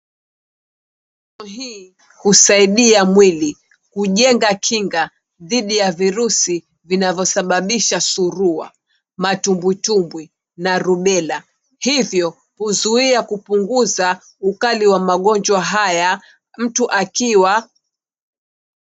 Hii husaidia mwili, hujenga kinga dhidi ya virusi vinavyosababisha surua, matubitubwi na rubella, hivyo huzuia kupunguza ukali wa magonjwa haya mtu akiwa....